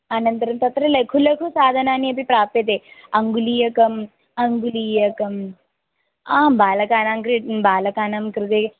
अनन्तरं तत्र लघु लघु साधनानि अपि प्राप्यते अङ्गुलीयकम् अङ्गुलीयकम् आं बालकानां कृते बालकानां कृते